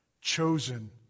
chosen